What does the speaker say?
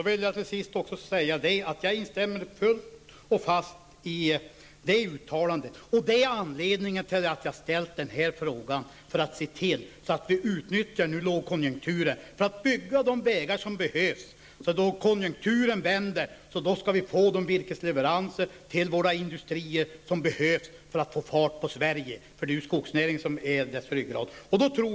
Fru talman! Jag instämmer helt i det uttalandet. Det är anledningen till att jag har ställt den här frågan. Jag vill att vi skall se till att utnyttja lågkonjunkturen för att bygga de vägar som behövs, så att vi då konjunkturen vänder kan få de virkesleveranser till våra industrier som behövs för att få fart på Sverige. Det är ju skogsnäringen som är dess ryggrad.